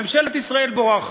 ממשלת ישראל בורחת.